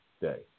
day